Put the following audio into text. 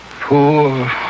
Poor